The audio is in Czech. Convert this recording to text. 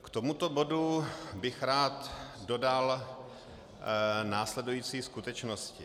K tomuto bodu bych rád dodal následující skutečnosti.